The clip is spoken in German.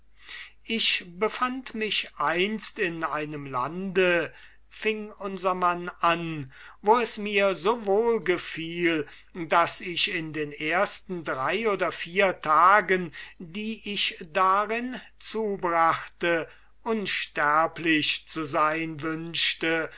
ich befand mich einst in einem lande fing demokritus an wo es mir so wohl gefiel daß ich in den ersten drei oder vier tagen die ich darinnen zubrachte unsterblich zu sein wünschte